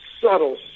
subtle